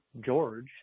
George